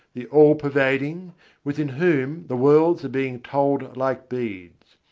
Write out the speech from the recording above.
the all-pervading within whom the worlds are being told like beads.